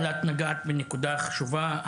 את נגעת בנקודה חשובה.